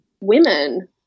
women